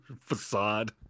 facade